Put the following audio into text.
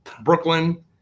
Brooklyn